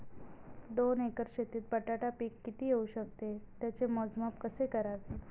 दोन एकर शेतीत बटाटा पीक किती येवू शकते? त्याचे मोजमाप कसे करावे?